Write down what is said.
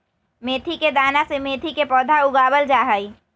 मेथी के दाना से मेथी के पौधा उगावल जाहई